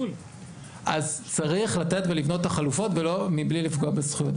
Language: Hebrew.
אז צריך לתת ולבנות את החלופות מבלי לפגוע בזכויות.